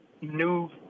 new